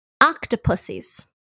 octopuses